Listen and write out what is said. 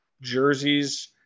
jerseys